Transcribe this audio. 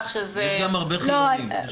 יש גם הרבה חילוניים.